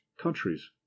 countries